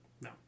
No